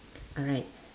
alright